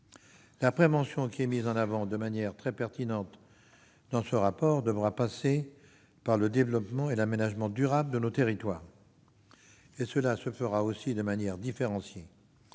La prévention, qui est mise en avant de manière très pertinente dans le rapport, devra passer par le développement et l'aménagement durables de nos territoires. Cela se fera aussi de manière différenciée.